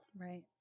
Right